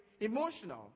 emotional